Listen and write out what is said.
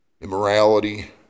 immorality